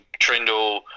Trindle